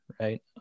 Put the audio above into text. right